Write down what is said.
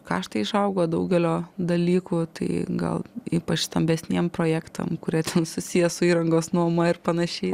kaštai išaugo daugelio dalykų tai gal ypač stambesniem projektam kurie susiję su įrangos nuoma ir panašiai